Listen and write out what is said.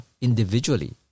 individually